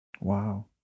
Wow